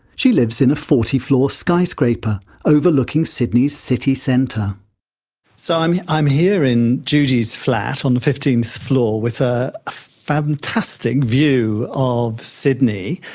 she lives in a forty floor skyscraper overlooking sydney's city centre so i'm i'm here in judy's flat on the fifteenth floor, with a fantastic view of sydney.